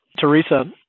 Teresa